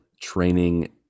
training